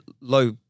low